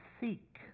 seek